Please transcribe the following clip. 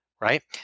right